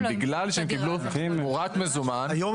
בגלל שהם קיבלו תמורת מזומן.